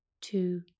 two